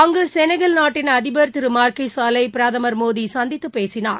அங்கு சௌகல் நாட்டின் அதிபர் திரு மாக்கி சால் ஐ பிரதமர் மோடி சந்தித்து பேசினார்